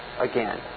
again